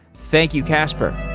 thank you, casper.